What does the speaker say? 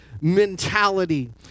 mentality